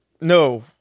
no